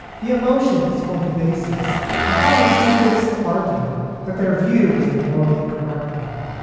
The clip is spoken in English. the emotions form the basis of how retributive us argue that their view is the morally correct one.